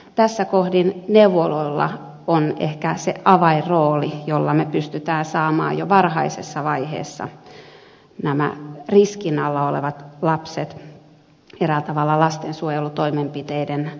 tässä kohdin neuvoloilla on ehkä se avainrooli jolla me pystymme saamaan jo varhaisessa vaiheessa riskin alla olevat lapset eräällä tavalla lastensuojelutoimenpiteiden piiriin